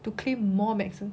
to claim more medicine